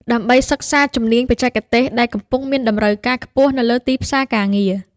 ដើម្បីសិក្សាជំនាញបច្ចេកទេសដែលកំពុងមានតម្រូវការខ្ពស់នៅលើទីផ្សារការងារ។